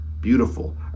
beautiful